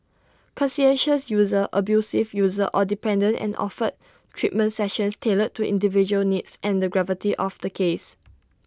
conscientious user abusive user or dependent and offered treatment sessions tailored to individual needs and the gravity of the case